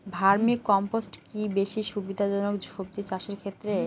Vermi compost কি বেশী সুবিধা জনক সবজি চাষের ক্ষেত্রে?